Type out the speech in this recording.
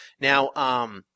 Now